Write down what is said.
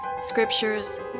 scriptures